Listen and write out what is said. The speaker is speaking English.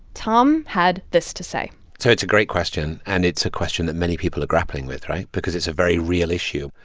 tom had this to say so it's a great question. and it's a question that many people are grappling with right? because it's a very real issue.